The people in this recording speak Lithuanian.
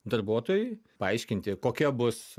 darbuotojui paaiškinti kokia bus